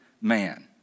man